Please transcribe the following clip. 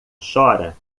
chora